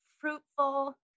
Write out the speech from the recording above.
fruitful